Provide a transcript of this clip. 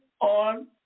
on